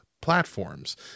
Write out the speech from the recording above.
platforms